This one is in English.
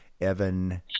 evan